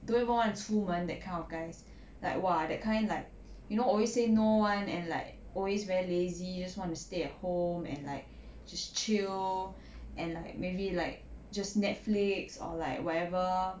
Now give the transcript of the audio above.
don't even want to 出门 that kind of guys like !wah! that kind like you know always say no one and like always very lazy you just want to stay at home and like just chill and like maybe like just netflix or like whatever